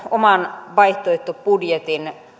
oman vaihtoehtobudjetin